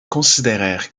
considérèrent